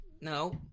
No